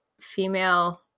female